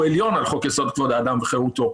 עליון על חוק יסוד: כבוד האדם וחירותו.